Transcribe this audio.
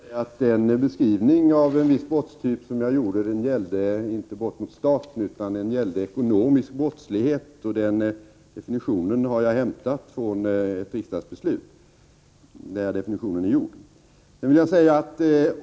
Herr talman! Den beskrivning av en viss brottstyp som jag gjorde gällde inte brott mot staten, utan den gällde ekonomisk brottslighet. Definitionen har jag hämtat från ett riksdagsbeslut, där denna definition är gjord.